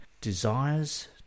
desires